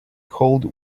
called